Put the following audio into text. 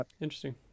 Interesting